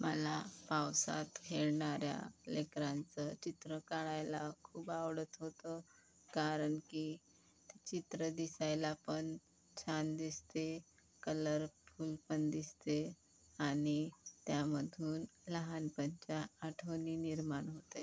मला पावसात खेळणाऱ्या लेकरांचं चित्र काढायला खूप आवडत होतं कारण की चित्र दिसायला पण छान दिसते कलरफुल पण दिसते आणि त्यामधून लहानपणच्या आठवणी निर्माण होते